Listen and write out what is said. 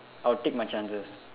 I'll take my chances